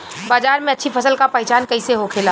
बाजार में अच्छी फसल का पहचान कैसे होखेला?